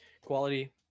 quality